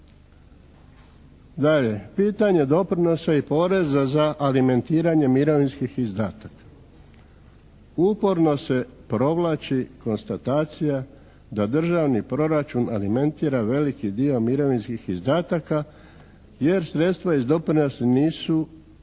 pitanje doprinosa i poreza za alimentiranje mirovinskih izdataka. Uporno se provlači konstatacija da državni proračun alimentira veliki dio mirovinskih izdataka jer sredstva iz doprinosa nisu navodno